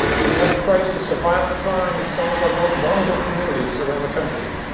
we have a crisis of violent crime in some of our most vulnerable communities around the country.